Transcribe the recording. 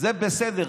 זה בסדר.